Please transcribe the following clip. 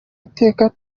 iteka